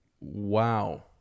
Wow